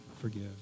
forgive